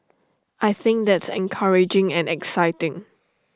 I think that's encouraging and exciting